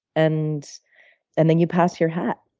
and and then you pass your hat.